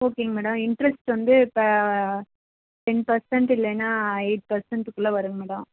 ஓகேங்க madam interest வந்து இப்போ டென் பெர்ஸன்ட் இல்லைன்னா எயிட் பெர்ஸன்ட்டுகுள்ளே வருங்க மேடோம்